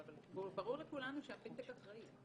שמאחוריו, אבל ברור לכולנו שהפינטק אחראי.